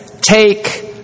take